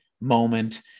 moment